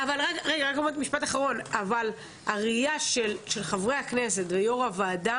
אבל הראייה של חברי הכנסת ויושב-ראש הוועדה